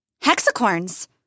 hexacorns